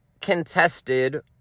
contested